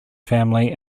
family